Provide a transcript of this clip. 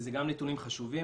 כי אלו נתונים חשובים.